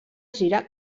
gira